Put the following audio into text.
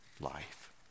life